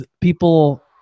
people